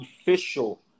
official